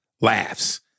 laughs